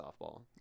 softball